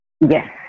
yes